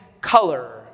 color